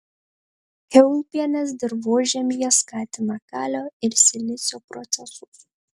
kiaulpienės dirvožemyje skatina kalio ir silicio procesus